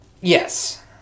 Yes